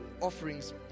offerings